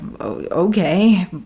okay